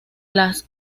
las